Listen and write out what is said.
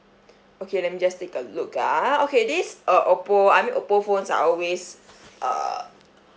okay let me just take a look ah okay this uh oppo I mean oppo phones are always uh